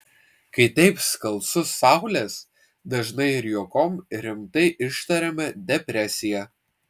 kai taip skalsu saulės dažnai ir juokom ir rimtai ištariame depresija